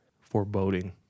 foreboding